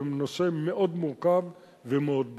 לנושא מאוד מורכב ומאוד בעייתי,